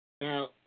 Now